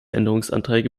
änderungsanträge